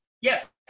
Yes